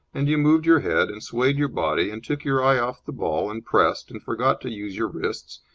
and you moved your head, and swayed your body, and took your eye off the ball, and pressed, and forgot to use your wrists,